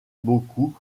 beaucoup